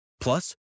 Plus